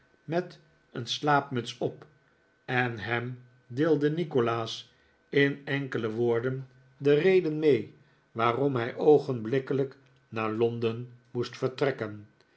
met een slaapmuts op en hem deelde nikolaas in enkele woorden de reden mee waarom hij oogenblikkelijk naar londen moest vertrekken